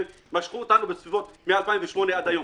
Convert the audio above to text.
משכו אותנו מ-2008 ועד היום,